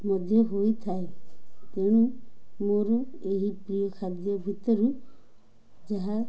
ମଧ୍ୟ ହୋଇଥାଏ ତେଣୁ ମୋର ଏହି ପ୍ରିୟ ଖାଦ୍ୟ ଭିତରୁ ଯାହା